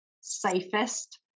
safest